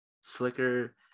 slicker